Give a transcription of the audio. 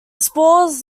spores